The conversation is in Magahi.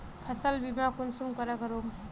फसल बीमा कुंसम करे करूम?